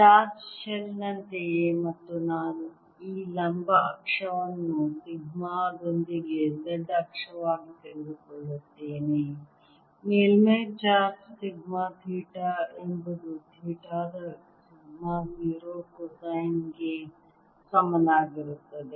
charge shell ನಂತೆಯೇ ಮತ್ತು ನಾನು ಈ ಲಂಬ ಅಕ್ಷವನ್ನು ಸಿಗ್ಮಾ ದೊಂದಿಗೆ z ಅಕ್ಷವಾಗಿ ತೆಗೆದುಕೊಳ್ಳುತ್ತೇನೆ ಮೇಲ್ಮೈ ಚಾರ್ಜ್ ಸಿಗ್ಮಾ ಥೀಟಾ ಎಂಬುದು ಥೀಟಾ ದ ಸಿಗ್ಮಾ 0 ಕೊಸೈನ್ ಗೆ ಸಮನಾಗಿರುತ್ತದೆ